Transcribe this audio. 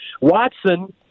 Watson